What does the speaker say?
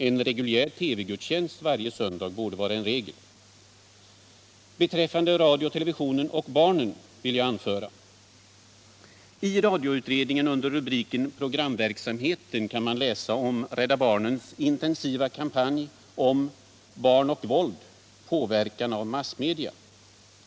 En reguljär TV-gudstjänst varje söndag borde vara regel. Beträffande frågan om radio/TV och barnen vill jag säga följande. I radioutredningen kan man under rubriken Program verksamhet läsa om Rädda barnens intensiva kampanj om ”Barn och våld — påverkan av massmedia”.